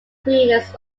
creators